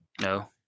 No